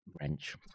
wrench